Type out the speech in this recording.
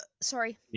Sorry